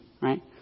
right